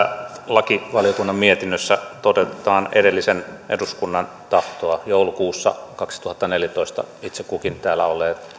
lakivaliokunnan mietinnössä toteutetaan edellisen eduskunnan tahtoa joulukuussa kaksituhattaneljätoista itse kutkin täällä olleet